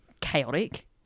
Chaotic